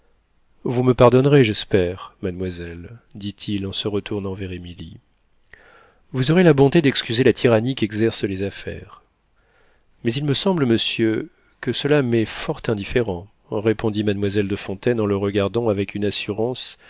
vous me pardonnerez j'espère mademoiselle dit-il en se retournant vers émilie vous aurez la bonté d'excuser la tyrannie qu'exercent les affaires mais il me semble monsieur que cela m'est fort indifférent répondit mademoiselle de fontaine en le regardant avec une assurance